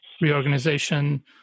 reorganization